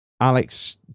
Alex